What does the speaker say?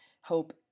hope